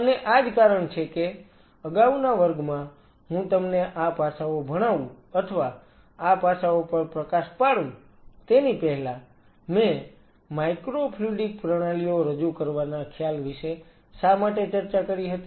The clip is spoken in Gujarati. અને આ જ કારણ છે કે અગાઉના વર્ગમાં હું તમને આ પાસાઓ ભણાવું અથવા આ પાસાઓ પર પ્રકાશ પાડું તેની પહેલા મેં માઇક્રોફ્લુઇડિક પ્રણાલીઓ રજૂ કરવાના ખ્યાલ વિશે શા માટે ચર્ચા કરી હતી